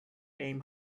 aim